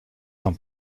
dans